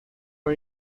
for